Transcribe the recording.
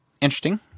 interesting